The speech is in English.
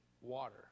water